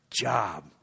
job